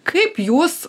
kaip jūs